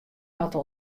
moatte